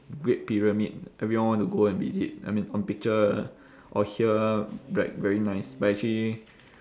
great pyramid everyone want to go and visit I mean on picture or hear like very nice but actually